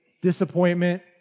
disappointment